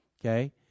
okay